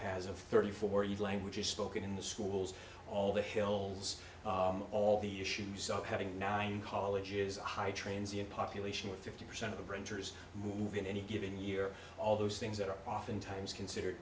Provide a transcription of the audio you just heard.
a thirty four year languages spoken in the schools all the hills all the issues of having nine colleges high trains in population with fifty percent of renters move in any given year all those things that are oftentimes considered